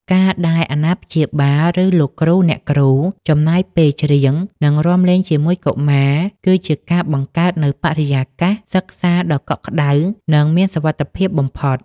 ការដែលអាណាព្យាបាល ឬលោកគ្រូអ្នកគ្រូ ចំណាយពេលច្រៀង និងរាំលេងជាមួយកុមារ គឺជាការបង្កើតនូវបរិយាកាសសិក្សាដ៏កក់ក្តៅ និងមានសុវត្ថិភាពបំផុត